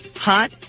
hot